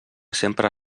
sempre